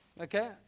okay